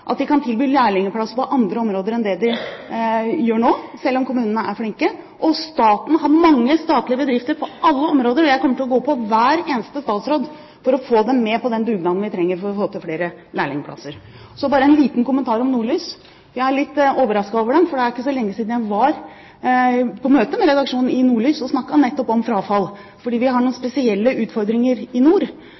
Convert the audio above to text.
at de kan tilby lærlingplasser på andre områder enn det de gjør nå, selv om kommunene er flinke. Staten har mange statlige bedrifter på alle områder, og jeg kommer til å gå på hver eneste statsråd for å få dem med på den dugnaden vi trenger for å få flere lærlingplasser. Bare en liten kommentar om Nordlys: Jeg er litt overrasket over dem – det er ikke så lenge siden jeg var på møte med redaksjonen i Nordlys og snakket nettopp om frafall i videregående opplæring. Vi har noen spesielle utfordringer i nord,